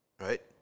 Right